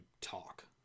talk